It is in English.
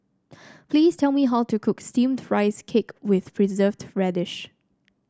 please tell me how to cook steamed Rice Cake with Preserved Radish